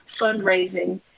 fundraising